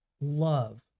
love